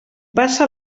passa